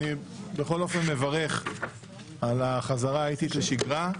אני בכל אופן מברך על החזרה האיטית לשגרה,